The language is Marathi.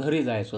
घरी जायचो